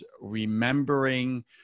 remembering